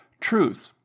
Truth